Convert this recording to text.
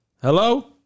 Hello